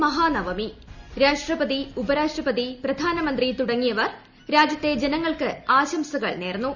ഇന്ന് മഹാനവമി രാഷ്ട്രപതി ഉപ്പ്ര്യൂഷ്ടപതി പ്രധാനമന്ത്രി തുടങ്ങിയവർ രാജ്യത്തെ ജന്റങ്ങൾക്ക് ആശംസകൾ നേർന്നു